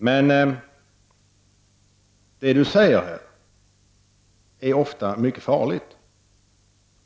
Men det han säger här är ofta mycket farligt.